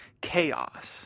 chaos